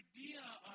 idea